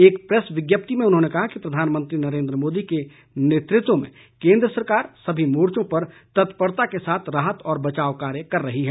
एक प्रैस विज्ञप्ति में उन्होंने कहा कि प्रधानमंत्री नरेंद्र मोदी के नेतृत्व में केंद्र सरकार सभी मोर्चो पर तत्परता के साथ राहत व बचाव कार्य कर रही है